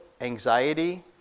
anxiety